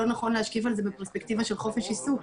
לא נכון להשקיף על זה מפרספקטיבה של חופש עיסוק,